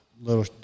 little